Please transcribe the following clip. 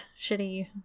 Shitty